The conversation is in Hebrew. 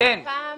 לפ"ם